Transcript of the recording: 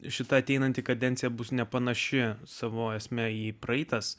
šita ateinanti kadencija bus nepanaši savo esme ji praeitas